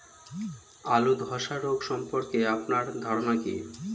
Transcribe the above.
আলু ধ্বসা রোগ সম্পর্কে আপনার ধারনা কী?